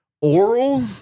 oral